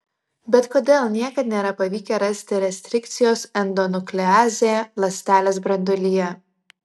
bet kodėl niekad nėra pavykę rasti restrikcijos endonukleazę ląstelės branduolyje